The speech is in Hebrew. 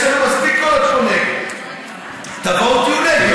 יש לנו פה מספיק קולות נגד, תבואו ותהיו נגד.